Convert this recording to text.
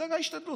זה לא השתנה.